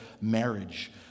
marriage